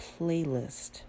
playlist